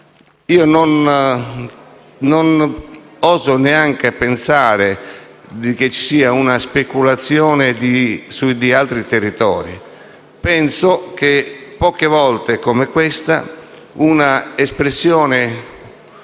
Non oso neanche pensare che ci sia una speculazione da parte di altri territori. Penso che poche volte come questa un'espressione